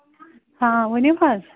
آ ؤنِو حظ